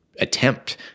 attempt